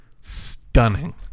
stunning